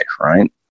right